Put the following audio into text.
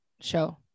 show